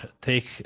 take